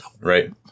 right